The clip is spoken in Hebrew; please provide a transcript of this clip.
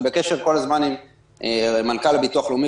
אנחנו בקשר כל הזמן עם מנכ"ל הביטוח הלאומי